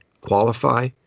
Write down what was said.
qualify